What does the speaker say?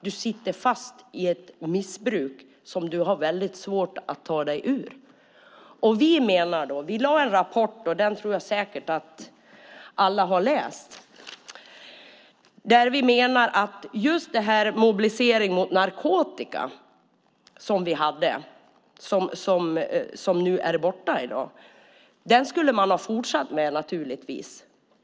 Du sitter fast i ett missbruk som du har svårt att ta dig ur. Vi har lagt fram en rapport. Jag tror säkert att alla har läst den. I rapporten framgår att den mobilisering mot narkotika som fanns nu är borta. Den skulle naturligtvis ha fortsatt.